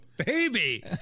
Baby